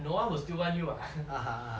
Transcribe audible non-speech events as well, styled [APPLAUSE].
no one will still want you [what] [LAUGHS]